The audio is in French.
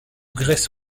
grèce